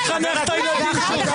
איך תחנך את הילדים שלך?